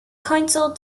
council